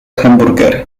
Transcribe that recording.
hamburgery